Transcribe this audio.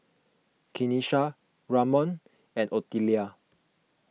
Kenisha Ramon and Otelia